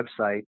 website